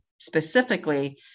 Specifically